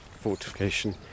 fortification